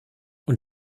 und